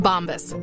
Bombas